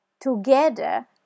Together